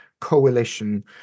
coalition